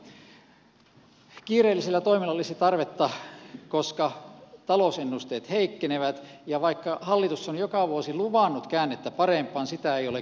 kiireelliselle toiminnalle olisi tarvetta koska talousennusteet heikkenevät ja vaikka hallitus on joka vuosi luvannut käännettä parempaan sitä ei ole kuulunut